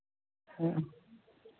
ᱦᱮᱸ